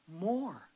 more